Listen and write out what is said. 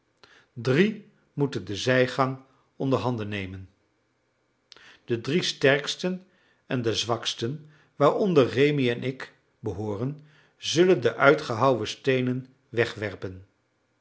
drie moeten de zijgang onderhanden nemen de drie sterksten en de zwaksten waaronder rémi en ik behooren zullen de uitgehouwen steenen wegwerpen